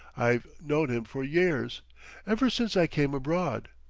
i've known him for years ever since i came abroad.